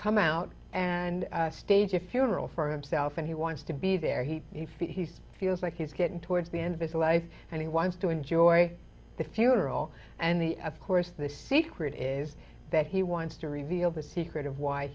come out and stage a funeral for himself and he wants to be there he may feel he's feels like he's getting towards the end of his life and he wants to enjoy the funeral and the of course the secret is that he wants to reveal the secret of why